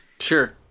Sure